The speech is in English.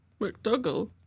McDougall